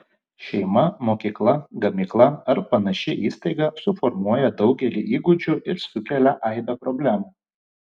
šeima mokykla gamykla ar panaši įstaiga suformuoja daugelį įgūdžių ir sukelia aibę problemų